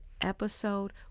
episode